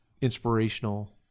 inspirational